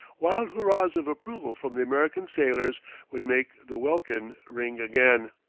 wild hurrahs of approval from the american sailors would make the welkin ring again.